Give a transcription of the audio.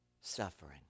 suffering